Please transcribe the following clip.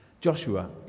Joshua